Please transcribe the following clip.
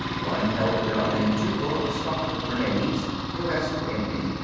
one held a gun and two more were stuffed with grenades the rest were empty.